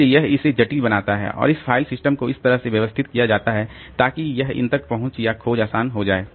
इसलिए यह इसे जटिल बनाता है और इस फाइल सिस्टम को इस तरह से व्यवस्थित किया जाता है ताकि यह इन तक पहुंच या खोज आसान हो जाए